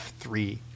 F3